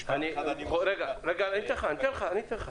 תודה.